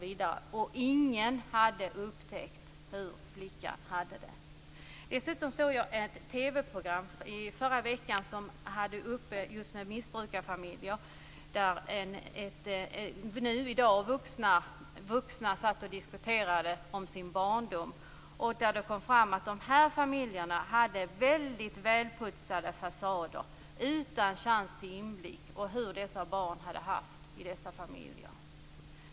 Ingen hade upptäckt hur flickan hade det. Dessutom såg jag ett TV-program i förra veckan som hade uppe just missbrukarfamiljer. I dag vuxna satt och diskuterade om sin barndom. Man kom fram till att de här familjerna hade väldigt välputsade fasader utan chans till inblick i hur dessa barn hade haft i dessa familjer.